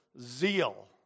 zeal